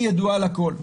היא ידועה לכול.